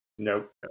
nope